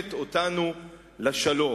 מקדמת אותנו לשלום?